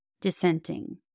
dissenting